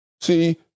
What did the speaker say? see